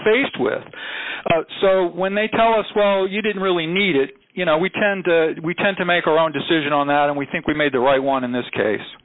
faced with so when they tell us well you didn't really need it you know we tend we tend to make our own decision on that and we think we made the right one in this case